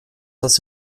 das